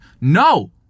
No